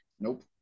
Nope